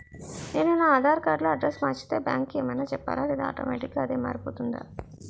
నేను నా ఆధార్ కార్డ్ లో అడ్రెస్స్ మార్చితే బ్యాంక్ కి ఏమైనా చెప్పాలా లేదా ఆటోమేటిక్గా అదే మారిపోతుందా?